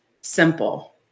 simple